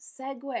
segue